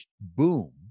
boom